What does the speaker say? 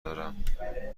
دارم